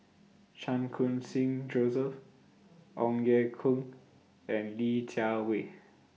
Chan Khun Sing Joseph Ong Ye Kung and Li Jiawei